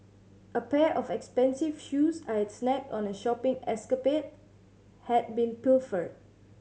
a pair of expensive shoes I had snagged on a shopping escapade had been pilfered